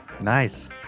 Nice